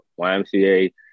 YMCA